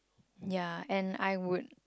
ya and I would